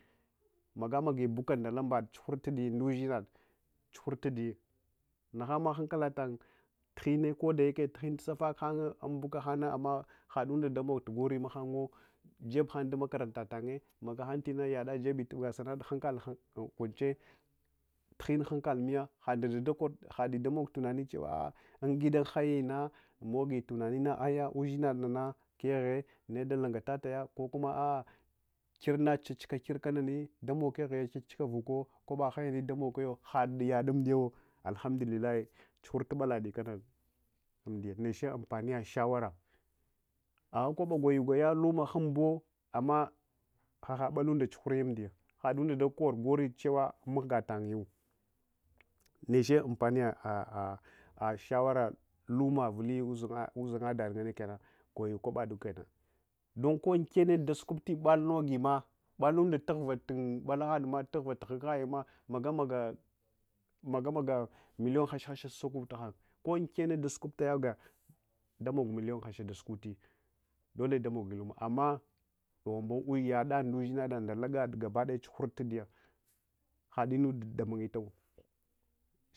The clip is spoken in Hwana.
Ndal mibuɗa tsuhun hunaba tsuhur tadiya nahamahunan hallala tanyi koɗaya ako lunantu afak hanghe ambuka hanya amma haɗaɗa damog gori mahanwa jebhanghe dun makaranta tanye magahanye yaɗajeb ɗubula thunna hankaltu kwanche tuhen hankalmiya haɗaɗa kor hadida mogtunaniya cewa ungidan hayina mogi tunanina aya ushmhad nana kehe, nedalungataya kokuma a’a kirna chachuka kirkanani ɗamok kehe chachuka vuka kwaba hayani ɗamok keheyo hayad amdiyawo alhamduhuahi tsuhur tubaladi kana umdiya niche ampaniya shawara, ahakwaba gwayugwaya hima humbuwo amma ana batunɗa tsuhuri amɗidya haɗaunda ɗakor gori cewa manga tanyiwa niche ampaniya shawara hima vuli uzangha ɗaɗaganne kenna goyub kobaɗɗukena ɗunko unkenne ɗasukur ti mbalno gimma, balunda tuhvatu balahanyenma magamaga million hash hasha sakuta hanye ko unkenne dasukuta yo gina damok million hasha ɗasukuftayi dole amma duhghwanbu yada nɗa usainaɗe nɗa lagahaɗ tsuhur tadiya haɗinunɗa ɗamangil awa.